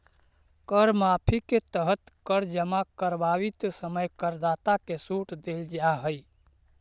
कर माफी के तहत कर जमा करवावित समय करदाता के सूट देल जाऽ हई